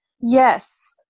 yes